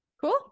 Cool